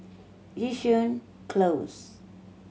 Yishun Close